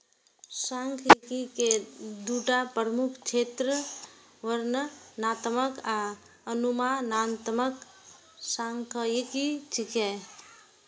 सांख्यिकी के दूटा प्रमुख क्षेत्र वर्णनात्मक आ अनुमानात्मक सांख्यिकी छियै